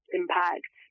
impact